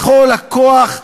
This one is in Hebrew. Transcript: בכל הכוח,